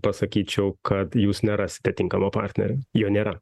pasakyčiau kad jūs nerasite tinkamo partnerio jo nėra